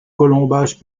colombages